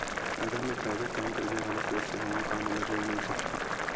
अगर मैं प्राइवेट काम करइया वाला सदस्य हावव का मोला ऋण मिल सकथे?